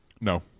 No